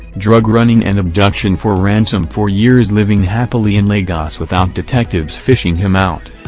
drug running and abduction for ransom for years living happily in lagos without detectives fishing him out.